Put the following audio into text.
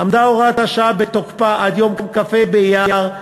עמדה הוראת השעה בתוקפה עד יום כ"ה באייר,